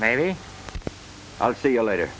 maybe i'll see you later